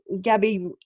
Gabby